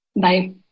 Bye